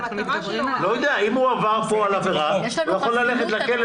אם הוא עבר פה עבירה הוא יכול ללכת לכלא